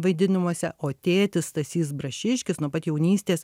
vaidinimuose o tėtis stasys brašiškis nuo pat jaunystės